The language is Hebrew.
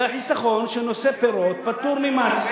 זה החיסכון שנושא פירות, פטור ממס.